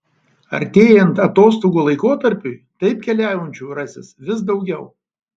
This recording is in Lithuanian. artėjant atostogų laikotarpiui taip keliaujančių rasis vis daugiau